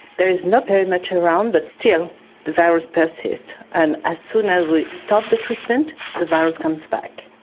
there is not very much around, but still the virus persists, and as soon as we stop the treatment the virus comes back.